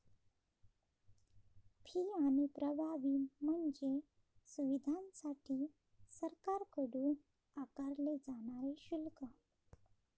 fee आणि प्रभावी म्हणजे सुविधांसाठी सरकारकडून आकारले जाणारे शुल्क